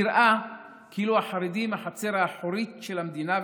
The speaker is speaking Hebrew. נראה כאילו החרדים הם החצר האחורית של המדינה,